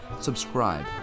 subscribe